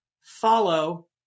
Follow